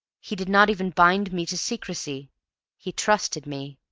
he did not even bind me to secrecy he trusted me.